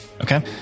Okay